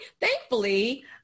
thankfully